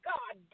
God